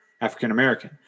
African-American